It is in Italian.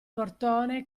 portone